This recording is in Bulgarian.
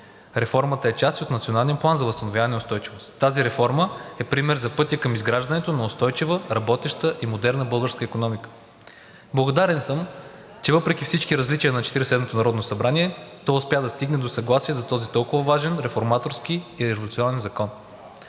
Реформата е част от националния план за възстановяване и устойчивост. Тази реформа е пример за пътя към изграждането на устойчива, работеща и модерна българска икономика. Благодарен съм, че въпреки всички различия на Четиридесет и седмото народно събрание то успя да стигне до съгласие за този толкова важен реформаторски и революционен закон.